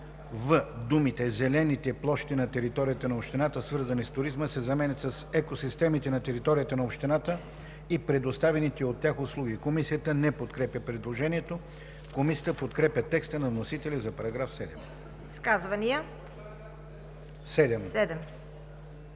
думите „зелените площи на територията на общината, свързани с туризма“ се заменят с ,,екосистемите на територията на общината и предоставяните от тях услуги“.“ Комисията не подкрепя предложението. Комисията подкрепя текста на вносителя за § 7. ПРЕДСЕДАТЕЛ